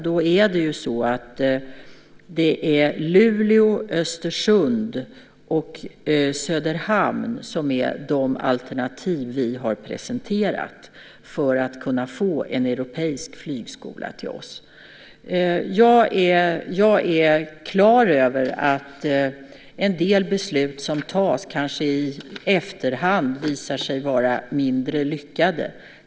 Då är det Luleå, Östersund och Söderhamn som är de alternativ vi har presenterat för att kunna få en europeisk flygskola till oss. Jag är klar över att en del beslut som tas kanske i efterhand visar sig vara mindre lyckade.